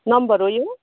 number हो यो